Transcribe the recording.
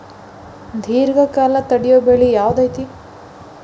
ದೇರ್ಘಕಾಲ ತಡಿಯೋ ಬೆಳೆ ಯಾವ್ದು ಐತಿ?